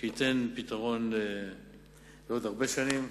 שייתן פתרון לעוד הרבה שנים.